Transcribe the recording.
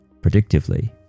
Predictively